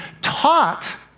taught